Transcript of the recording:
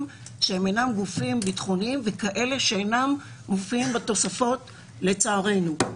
שהם אינם גופים ביטחוניים וכאלה שאינם מופיעים בתוספות לצערנו.